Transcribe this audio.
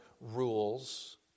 rules